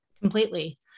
Completely